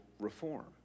reform